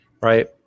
Right